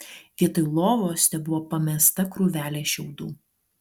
vietoj lovos tebuvo pamesta krūvelė šiaudų